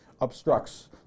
obstructs